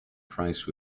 price